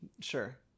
sure